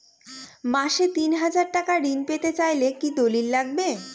মাসে তিন হাজার টাকা ঋণ পেতে চাইলে কি দলিল লাগবে?